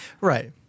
right